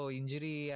injury